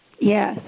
Yes